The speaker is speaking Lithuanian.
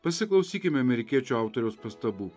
pasiklausykime amerikiečių autoriaus pastabų